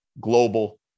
global